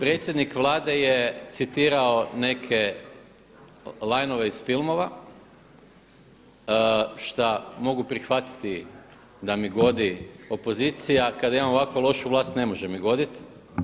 Predsjednik Vlade je citirao neke … iz filmova šta mogu prihvatiti da mi godi opozicija, kada imam ovako lošu vlast ne može mi goditi.